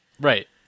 Right